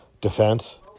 defense